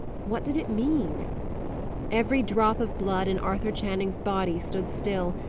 what did it mean every drop of blood in arthur channing's body stood still,